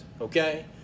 okay